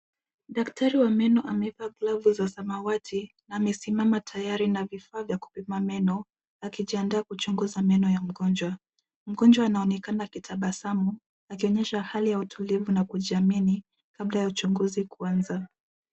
Daktari wa meno ameweka glavu za samawati na amesimama tayari na vifaa vya kupima meno akijiandaa kuchunguza meno ya mgonjwa. Mgonjwa anaonekana akitabasamu akionyesha hali ya utulivu na kujiamini kabla ya uchunguzi kuanza.